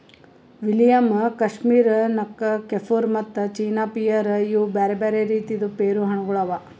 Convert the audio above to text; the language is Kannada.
ವಿಲಿಯಮ್, ಕಶ್ಮೀರ್ ನಕ್, ಕೆಫುರ್ ಮತ್ತ ಚೀನಾ ಪಿಯರ್ ಇವು ಬ್ಯಾರೆ ಬ್ಯಾರೆ ರೀತಿದ್ ಪೇರು ಹಣ್ಣ ಗೊಳ್ ಅವಾ